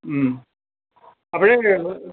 അപ്പോൾ